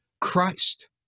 Christ